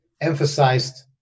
emphasized